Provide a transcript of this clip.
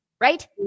Right